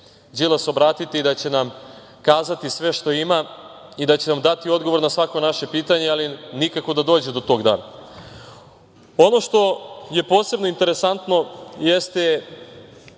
Đilas obratiti i da će nam kazati sve što ima i da će nam dati odgovor na svako naše pitanje, ali nikako da dođe do tog dana. Ono što je posebno interesantno jeste